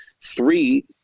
Three